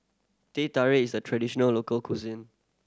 Teh Tarik is a traditional local cuisine